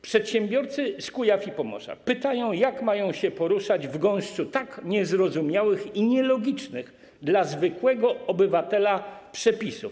Przedsiębiorcy z Kujaw i Pomorza pytają, jak mają się poruszać w gąszczu tak niezrozumiałych i nielogicznych dla zwykłego obywatela przepisów.